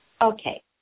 Okay